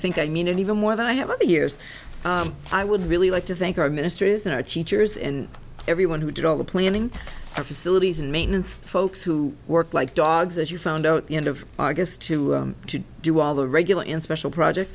think i mean even more than i have years i would really like to thank our ministers and our teachers and everyone who did all the planning for facilities and maintenance folks who worked like dogs as you found out the end of august to do all the regular in special project